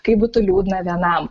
kaip būtų liūdna vienam